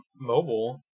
mobile